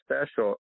special